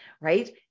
Right